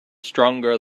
stronger